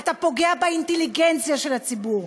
אתה פוגע באינטליגנציה של הציבור.